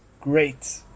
great